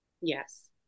Yes